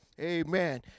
amen